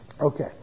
Okay